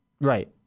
right